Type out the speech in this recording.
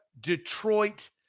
Detroit